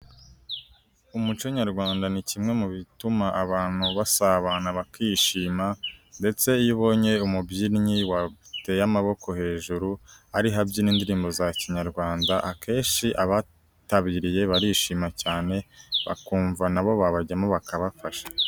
Umuco nyarwanda ni kimwe mu bituma abantu basabana bakishima ndetse iyo ubonye umubyinnyi wateye amaboko hejuru ariho habyina indirimbo za kinyarwanda akenshi abitabiriye barishima cyane bakumva na bo babajyamo bakabafasha.